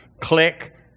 click